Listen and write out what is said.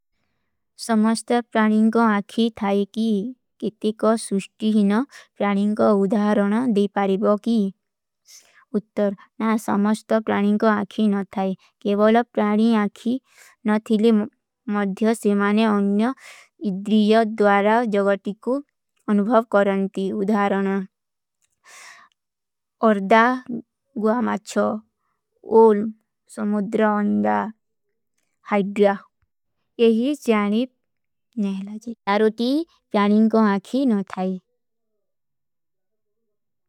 ସମସ୍ତେ ପ୍ରାଣିନ କୋ ଆଖୀ ଥାଈ କୀ, କିତି କୋ ସୁଷ୍ଟୀ ହୀନ ପ୍ରାଣିନ କୋ ଉଧାରନ ଦେପାରୀବା କୀ। ଉତ୍ତର, ନା ସମସ୍ତେ ପ୍ରାଣିନ କୋ ଆଖୀ ନ ଥାଈ, କେବଲା ପ୍ରାଣିନ ଆଖୀ ନ ଥୀଲେ ମଧ୍ଯସେମାନେ ଅନ୍ଯ ଇଦ୍ରିଯତ ଦ୍ଵାରା ଜଗତି କୋ ଅନୁଭଵ କରନତୀ। ଉତ୍ତର, ନା ସମସ୍ତେ ପ୍ରାଣିନ କୋ ଆଖୀ ନ ଥାଈ, କିତି କୋ ସୁଷ୍ଟୀ ହୀନ ପ୍ରାଣିନ କୋ ଉଧାରନ ଦେପାରୀବା କୀ।